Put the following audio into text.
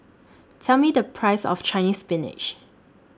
Tell Me The Price of Chinese Spinach